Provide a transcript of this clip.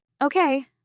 Okay